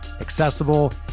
accessible